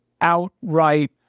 outright